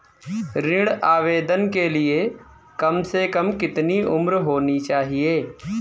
ऋण आवेदन के लिए कम से कम कितनी उम्र होनी चाहिए?